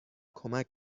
کمک